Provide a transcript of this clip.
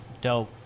Dope